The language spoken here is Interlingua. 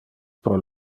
pro